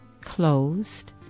closed